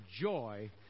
joy